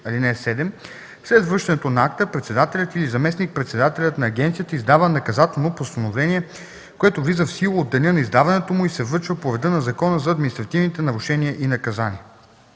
След връщането на акта председателят или заместник-председателят на агенцията издава наказателно постановление, което влиза в сила от деня на издаването му и се връчва по реда на Закона за административните нарушения и наказания.”